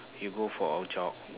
you go for a jog